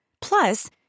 Plus